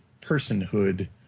personhood